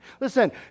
listen